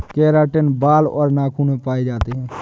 keratin बाल और नाखून में पाए जाते हैं